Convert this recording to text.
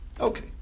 Okay